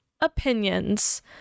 opinions